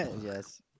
Yes